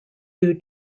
due